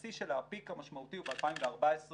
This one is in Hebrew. והשיא שלה, הפיק המשמעותי הוא ב-2014,